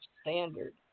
standard